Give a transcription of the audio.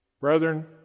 Brethren